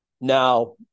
now